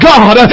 God